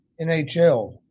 NHL